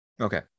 Okay